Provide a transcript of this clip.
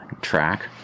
track